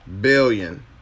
billion